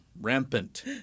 rampant